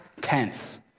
tense